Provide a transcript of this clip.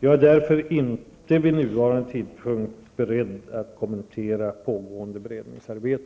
Jag är därför vid nuvarande tidpunkt inte beredd att kommentera pågående beredningsarbete.